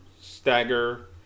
Stagger